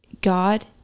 God